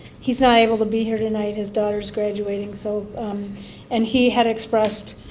he's not able to be here tonight, his daughter's graduating. so and he had expressed